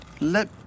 let